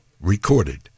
recorded